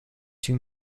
two